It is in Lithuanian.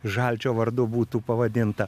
žalčio vardu būtų pavadinta